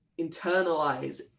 internalize